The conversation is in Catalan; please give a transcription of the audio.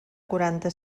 quaranta